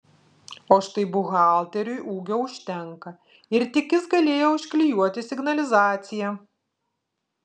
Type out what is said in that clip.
o štai buhalteriui ūgio užtenka ir tik jis galėjo užklijuoti signalizaciją